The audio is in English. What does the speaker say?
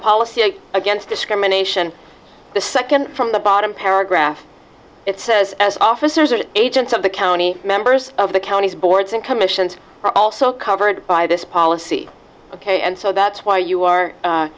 policy against discrimination the second from the bottom paragraph it says officers are agents of the county members of the county's boards and commissions are also covered by this policy ok and so that's why you are